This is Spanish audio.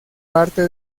parte